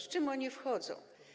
Z czym oni wchodzą?